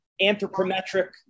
anthropometric